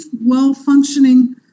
well-functioning